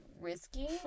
risky